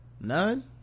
none